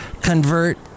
convert